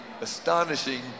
astonishing